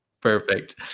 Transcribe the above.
Perfect